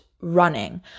running